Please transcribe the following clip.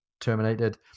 terminated